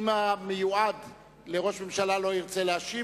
אם המיועד לראש ממשלה לא ירצה להשיב,